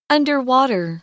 Underwater